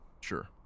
Sure